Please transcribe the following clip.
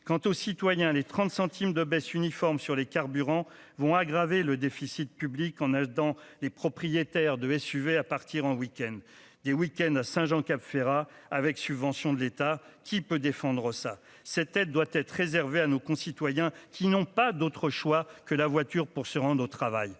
quant aux citoyens, les 30 centimes de baisse uniforme sur les carburants vont aggraver le déficit public en dans les propriétaires de devaient suivez à partir en week-end du week-end à Saint-Jean-Cap-Ferrat avec subvention de l'État qui peut défendre ça, cette aide doit être réservé à nos concitoyens qui n'ont pas d'autre choix que la voiture pour se rendre au travail